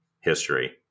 history